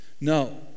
No